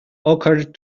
occured